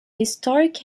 historic